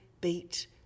beat